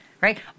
right